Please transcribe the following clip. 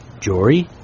Jory